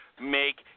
make